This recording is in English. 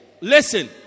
Listen